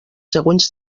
següents